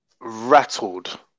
Rattled